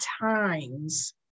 times